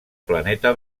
planeta